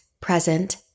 present